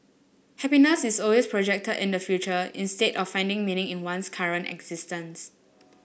happiness is always projected in the future instead of finding meaning in one's current existence